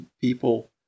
people